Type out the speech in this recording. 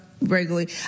regularly